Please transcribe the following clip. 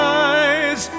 eyes